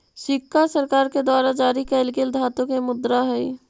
सिक्का सरकार के द्वारा जारी कैल गेल धातु के मुद्रा हई